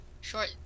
short